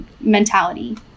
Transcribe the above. mentality